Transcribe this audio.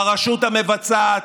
הרשות המבצעת,